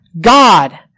God